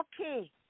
okay